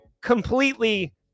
completely